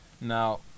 Now